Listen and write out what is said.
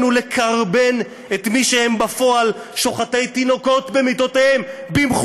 ולקורבן את מי שהם בפועל שוחטי תינוקות במכוון.